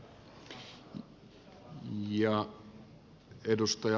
herra puhemies